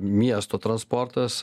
miesto transportas